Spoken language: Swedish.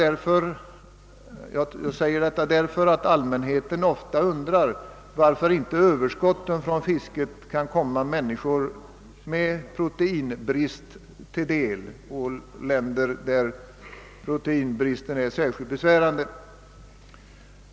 Jag säger detta därför att allmänheten ofta undrar varför inte överskotten från fisket kan komma människor i länder där proteinbristen är särskilt besvärande till del.